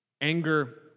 Anger